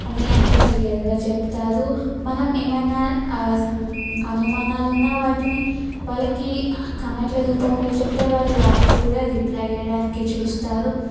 అనే అంత క్లియర్గా చెప్తారు మనం ఏమైనా సం అనుమానాలు ఉన్న వాటిని వాళ్ళకి కమెంట్ల రూపంలో చెప్తే వాళ్ళు వాటికి కూడా రిప్లై ఇవ్వడానికి చూస్తారు